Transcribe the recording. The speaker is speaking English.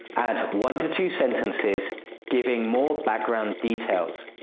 add one two two sentences giving more background details.